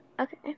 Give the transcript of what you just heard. okay